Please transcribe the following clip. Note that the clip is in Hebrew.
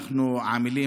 אנחנו עמלים,